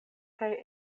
kaj